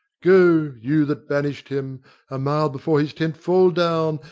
go, you that banish'd him a mile before his tent fall down,